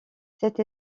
cette